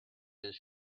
his